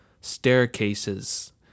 staircases